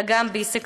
אלא גם ביסקסואלים.